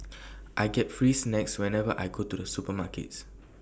I get free snacks whenever I go to the supermarket